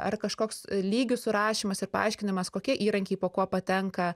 ar kažkoks lygių surašymas ir paaiškinimas kokie įrankiai po kuo patenka